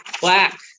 Black